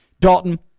Dalton